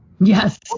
Yes